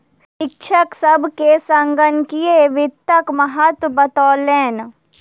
शिक्षक सभ के संगणकीय वित्तक महत्त्व बतौलैन